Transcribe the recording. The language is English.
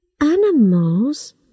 Animals